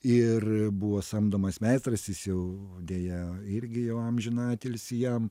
ir buvo samdomas meistras jis jau deja irgi jau amžiną atilsį jam